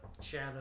shadow